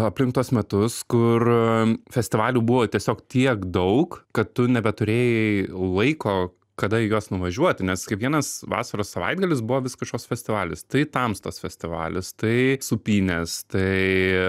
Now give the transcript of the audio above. aplink tuos metus kur festivalių buvo tiesiog tiek daug kad tu nebeturėjai laiko kada į juos nuvažiuoti nes kiekvienas vasaros savaitgalis buvo vis kažkoks festivalis tai tamstos festivalis tai sūpynės tai